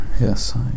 Yes